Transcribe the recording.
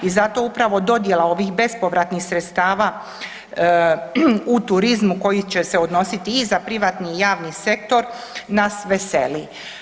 I zato upravo dodjela ovih bespovratnih sredstava u turizmu koji će se odnositi i za privatni i javni sektor nas veseli.